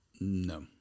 No